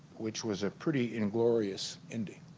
which was a pretty inglorious ending